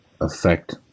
affect